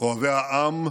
אוהבי העם,